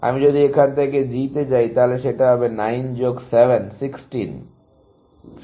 আমি যদি এখান থেকে G তে যাই তাহলে সেটা হবে 9 যোগ 7 16